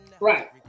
Right